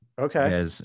Okay